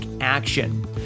action